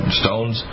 stones